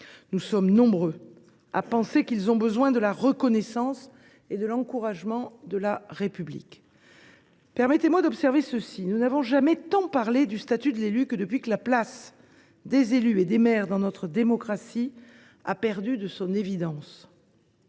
Nous sommes nombreux à penser que ces derniers ont besoin de notre reconnaissance et de l’encouragement de la République. Nous n’avons jamais autant parlé du statut de l’élu que depuis que la place des élus et des maires dans notre démocratie a perdu de son évidence.